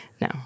No